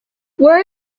where